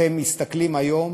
אתם מסתכלים היום